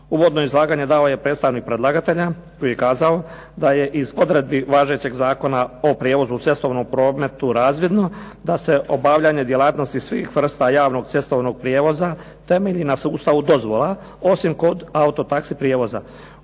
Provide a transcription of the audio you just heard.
Uvodno izlaganje dao je predstavnik predlagatelja. Prije je kazao da je iz odredbi važećeg Zakona o prijevozu u cestovnom prometu razvidno da se obavljanje djelatnosti svih vrsta javnog cestovnog prijevoza temelji na sustavu dozvola, osim kod auto taxi prijevoza